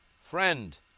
Friend